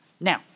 Now